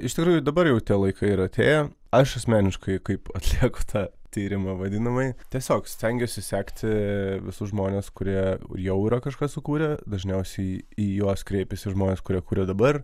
iš tikrųjų dabar jau tie laikai atėjo aš asmeniškai kaip atlieku tą tyrimą vadinamąjį tiesiog stengiuosi sekti visus žmones kurie jau yra kažką sukūrę dažniausiai į juos kreipiasi žmonės kurie kuria dabar